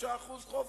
ל-85% חוב.